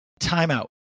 timeout